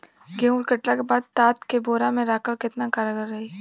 गेंहू कटला के बाद तात के बोरा मे राखल केतना कारगर रही?